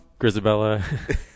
Grisabella